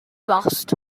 bost